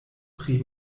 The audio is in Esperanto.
pri